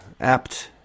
apt